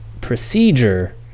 procedure